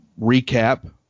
recap